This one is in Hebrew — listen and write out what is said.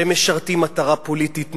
שהם משרתים מטרה פוליטית נלוזה.